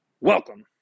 Welcome